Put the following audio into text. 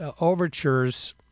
overtures